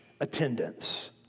attendance